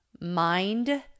Mind